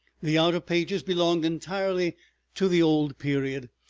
the outer pages belong entirely to the old period,